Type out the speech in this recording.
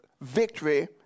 victory